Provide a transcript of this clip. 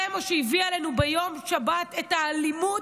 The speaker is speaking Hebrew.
זה מה שהביא עלינו ביום שבת את האלימות